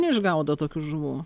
neišgaudo tokių žuvų